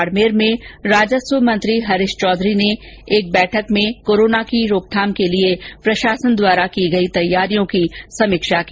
बाडमेर में राजस्व मंत्री हरीश चौधरी ने एक बैठक में कोरोना की रोकथाम के लिए प्रशासन द्वारा की गई तैयारियों की समीक्षा की